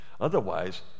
Otherwise